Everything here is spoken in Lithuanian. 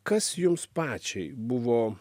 kas jums pačiai buvo